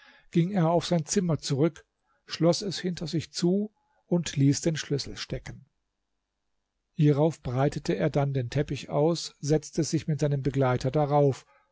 ging er auf sein zimmer zurück schloß es hinter sich zu und ließ den schlüssel stecken hierauf breitete er den teppich aus und setzte sich mit seinem begleiter darauf